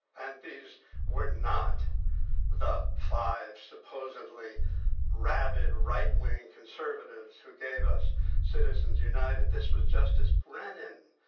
and these were not the five supposedly rabid rightwing conservatives who gave us citizens united. this was justice brennan,